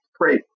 great